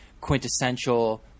quintessential